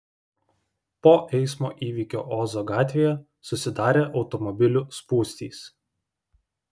po eismo įvykio ozo gatvėje susidarė automobilių spūstys